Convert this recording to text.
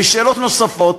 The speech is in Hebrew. ושאלות נוספות,